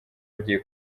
agiye